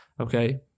Okay